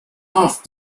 off